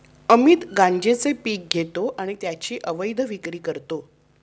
अमित गांजेचे पीक घेतो आणि त्याची अवैध विक्री करतो